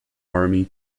army